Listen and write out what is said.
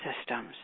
systems